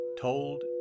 told